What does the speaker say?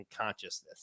consciousness